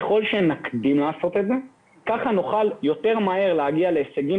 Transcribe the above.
ככל שנקדים לעשות את זה נוכל להגיע יותר מהר להישגים